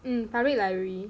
mm public library